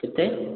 କେତେ